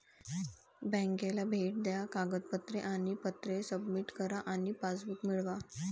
बँकेला भेट द्या कागदपत्रे आणि पत्रे सबमिट करा आणि पासबुक मिळवा